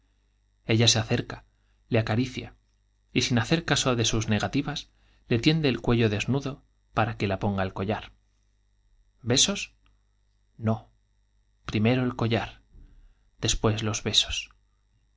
ella acerca le acaricia y sin hacer caso se de le tiende el cuello desnudo sus negativas para que la ponga el collar besos no primero el collar después los besos